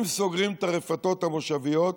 אם סוגרים את הרפתות המושביות,